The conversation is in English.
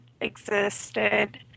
existed